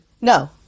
No